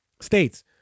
States